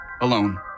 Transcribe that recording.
alone